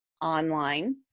online